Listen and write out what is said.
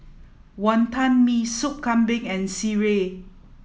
Wonton Mee Soup Kambing and Sireh